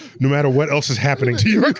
no matter what else is happening to your